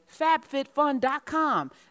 FabFitFun.com